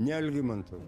ne algimantu